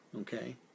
okay